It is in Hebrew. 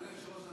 אדוני היושב-ראש,